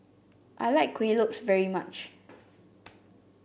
I like Kueh Lopes very much